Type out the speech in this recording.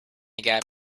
gap